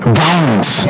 violence